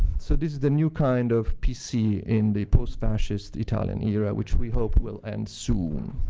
so this is the new kind of pc in the post-fascist italian era, which we hope will end soon.